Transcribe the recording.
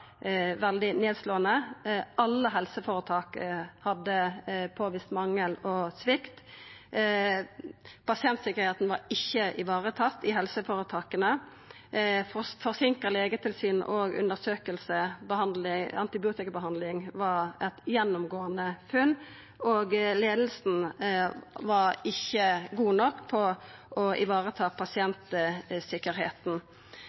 veldig nedslåande. Alle helseføretaka fekk påvist manglar og svikt. Pasientsikkerheita var ikkje varetatt i helseføretaka, forseinka legetilsyn og -undersøking og antibiotikabehandling var eit gjennomgåande funn, og leiinga var ikkje god nok på å